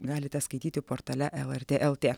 galite skaityti portale lrt lt